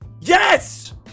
Yes